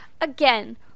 again